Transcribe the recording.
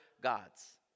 gods